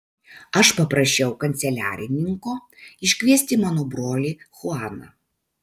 aš paprašiau kanceliarininko iškviesti mano brolį chuaną